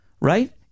right